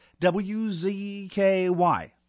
WZKY